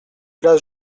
place